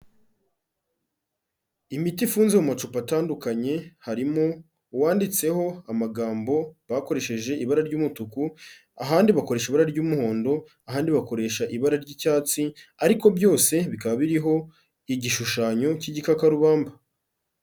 Imiti ifunze mu macupa atandukanye harimo uwanditseho amagambo bakoresheje ibara ry'umutuku, ahandi bakoresha ibaburara ry'umuhondo, ahandi bakoresha ibara ry'icyatsi, ariko byose bikaba biriho igishushanyo cy'igikakarubamba.